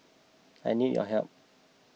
I need your help